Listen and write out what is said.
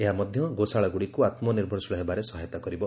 ଏହା ମଧ୍ୟ ଗୋଶାଳାଗୁଡ଼ିକୁ ଆତ୍ମନିର୍ଭରଶୀଳ ହେବାରେ ସହାୟତା କରିବ